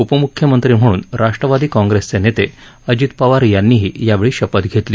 उपम्ख्यमंत्री म्हणून राष्ट्रवादी काँग्रेसचे नेते अजित पवार यांनीही यावेळी शपथ घेतली